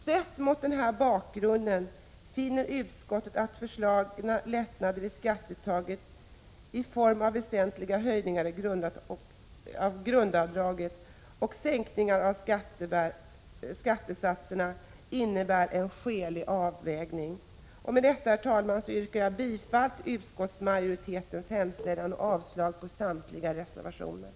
Sett mot denna bakgrund finner utskottet att föreslagna lättnader i skatteuttaget i form av väsentliga höjningar av grundavdragen och sänkningar av skattesatserna innebär en skälig avvägning. Herr talman! Med detta yrkar jag bifall till utskottets hemställan och avslag på samtliga reservationer.